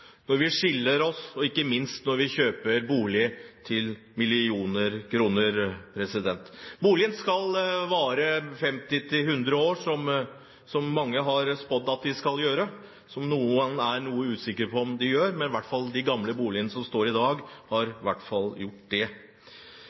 når vi bytter jobb, når vi skiller oss, og ikke minst når vi kjøper bolig til millioner av kroner. Boliger skal vare 50–100 år, som mange har spådd at de skal gjøre, og som noen er noe usikker på om de gjør. De gamle boligene som står i dag, har i hvert fall gjort det.